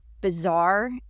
bizarre